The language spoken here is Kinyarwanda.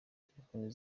telefoni